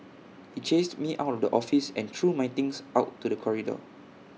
he chased me out of the office and threw my things out to the corridor